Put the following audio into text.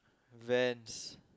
Vans